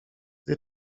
gdy